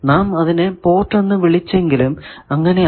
നാം അതിനെ പോർട്ട് എന്ന് വിളിച്ചെങ്കിലും അങ്ങനെ അല്ല